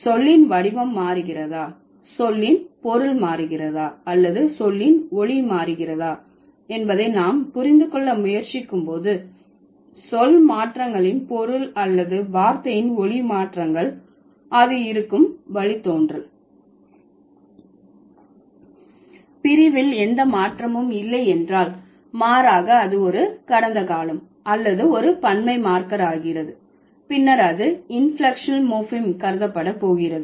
சொல்லின் வடிவம் மாறுகிறதா சொல்லின் பொருள் மாறுகிறதா அல்லது சொல்லின் ஒலி மாறுகிறதா என்பதை நாம் புரிந்து கொள்ள முயற்சிக்கும்போது சொல் மாற்றங்களின் பொருள் அல்லது வார்த்தையின் ஒலி மாற்றங்கள் அது இருக்கும் வழித்தோன்றல் டெரிவேஷனல் derivational பிரிவில் எந்த மாற்றமும் இல்லை என்றால் மாறாக அது ஒரு கடந்த காலம் அல்லது ஒரு பன்மை மார்க்கர் ஆகிறது பின்னர் அது இன்பிளெக்க்ஷனல் மோர்ஃபிம் கருதப்பட போகிறது